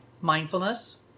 mindfulness